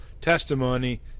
testimony